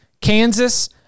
Kansas